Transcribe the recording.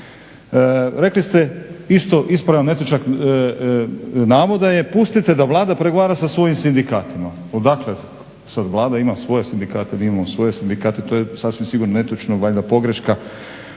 Rekli ste, isto ispravljam netočan navod, pustite da Vlada pregovara sa svojim sindikatima. Odakle sad Vlada ima svoje sindikate, mi imamo svoje sindikate. To je sasvim sigurno netočno, valjda pogreška.